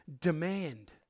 Demand